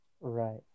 Right